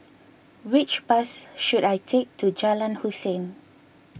which bus should I take to Jalan Hussein